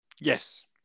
Yes